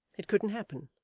it couldn't happen.